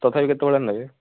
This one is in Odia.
ତଥାପି କେତେବେଳେ ନେବେ